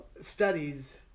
studies